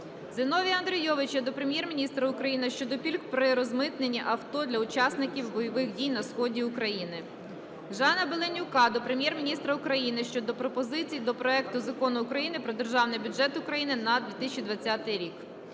Зіновія Андрійовича до Прем'єр-міністра України щодо пільг при розмитненні авто для учасників бойових дій на сході України. Жана Беленюка до Прем'єр-міністра України щодо пропозицій до проекту Закону України "Про Державний бюджет України на 2020 рік".